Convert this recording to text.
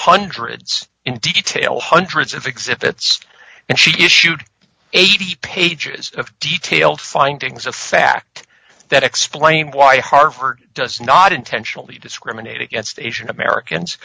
hundreds in detail hundreds of exhibits and she issued eighty pages of detailed findings of fact that explain why harvard does not intentionally discriminate against asian americans